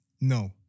No